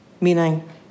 Meaning